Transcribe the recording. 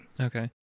Okay